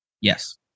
Yes